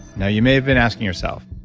you know you may have been asking yourself,